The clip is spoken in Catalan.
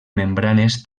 membranes